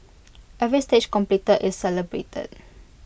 every stage completed is celebrated